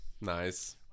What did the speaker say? Nice